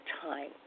time